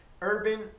Urban